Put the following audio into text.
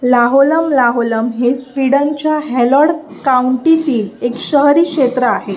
Laholm Laholm हे स्वीडनच्या Halland काउंटीतील एक शहरी क्षेत्र आहे